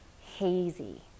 hazy